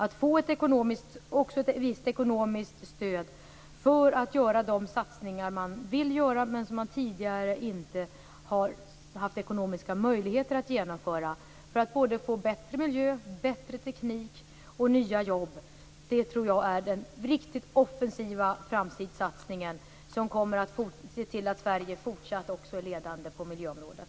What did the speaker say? De får ett visst ekonomiskt stöd för att göra de satsningar som man vill göra, men som man tidigare inte har haft ekonomiska möjligheter att genomföra för att få bättre miljö, bättre teknik och nya jobb. Det tror jag är den riktigt offensiva framtidssatsningen som kommer att se till att Sverige också fortsatt blir ledande på miljöområdet.